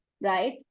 right